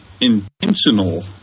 intentional